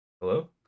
Hello